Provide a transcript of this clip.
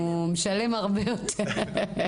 הוא משלם הרבה יותר.